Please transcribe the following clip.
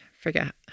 forget